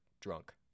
drunk